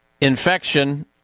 infection